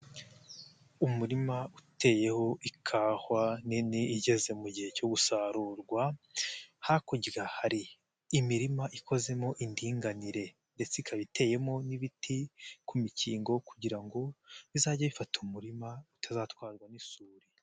Umurima uteyeho ikahwa nini igeze mu gihe cyo gusarurwa, hakurya hari imirima ikozemo indinganire ndetse ikaba iteyemo n'ibiti, ku mikingo kugira ngo bizajye bifata umurima, utazatwarwa n'isuri.